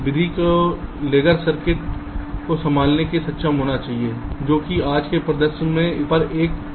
विधि को लेगर सर्किट को संभालने में सक्षम होना चाहिए जो कि आज के परिदृश्य में और इतने पर एक व्यावहारिक है